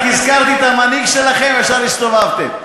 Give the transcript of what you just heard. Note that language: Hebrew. רק הזכרתי את המנהיג שלכם, ישר הסתובבתם.